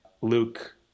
Luke